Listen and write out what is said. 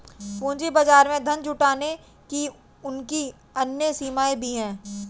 पूंजी बाजार में धन जुटाने की उनकी अन्य सीमाएँ भी हैं